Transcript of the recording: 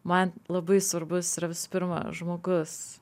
man labai svarbus yra visų pirma žmogus